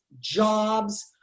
jobs